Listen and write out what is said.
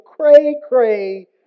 cray-cray